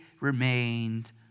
remained